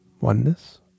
oneness